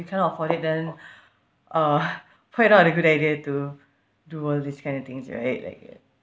you cannot afford it then uh quite not a good idea to do all these kind of things right like uh